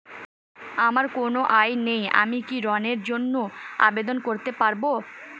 আমার কোনো আয় নেই আমি কি ঋণের জন্য আবেদন করতে পারব?